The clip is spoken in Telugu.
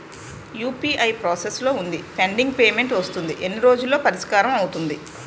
యు.పి.ఐ ప్రాసెస్ లో వుంది పెండింగ్ పే మెంట్ వస్తుంది ఎన్ని రోజుల్లో పరిష్కారం అవుతుంది